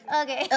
okay